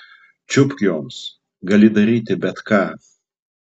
čiupk joms gali daryti bet ką